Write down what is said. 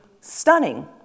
stunning